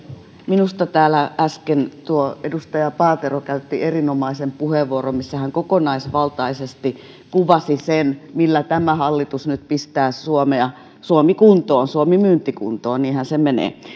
minusta täällä äsken edustaja paatero käytti erinomaisen puheenvuoron missä hän kokonaisvaltaisesti kuvasi sen millä tämä hallitus nyt pistää suomea kuntoon suomi myyntikuntoon niinhän se menee